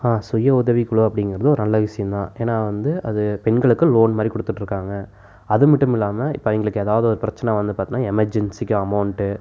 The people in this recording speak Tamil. சுயஉதவிக்குழு அப்படிங்கறது ஒரு நல்ல விஷயந்தான் ஏன்னால் வந்து அது பெண்களுக்கு லோன் மாதிரி கொடுத்துட்டு இருக்காங்க அது மட்டும் இல்லாமல் இப்போ அவங்களுக்கு ஏதாவது ஒரு பிரச்சின வந்து பார்த்தோன்னா எமெர்ஜென்சிக்கு அமௌண்ட்டு